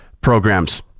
programs